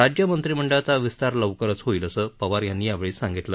राज्यमंत्रिमंडळाचा विस्तार लवकरच होईल असं पवार यांनी यावेळी सांगितलं